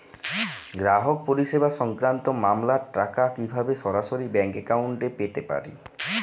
গ্রাহক পরিষেবা সংক্রান্ত মামলার টাকা কীভাবে সরাসরি ব্যাংক অ্যাকাউন্টে পেতে পারি?